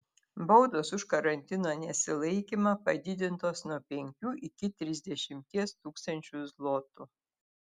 baudos už karantino nesilaikymą padidintos nuo penkių iki trisdešimties tūkstančių zlotų